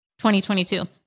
2022